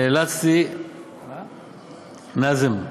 נאלצתי, נאזם,